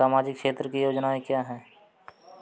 सामाजिक क्षेत्र की योजनाएँ क्या हैं?